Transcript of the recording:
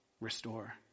Restore